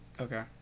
Okay